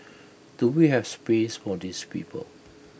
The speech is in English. do we have space for these people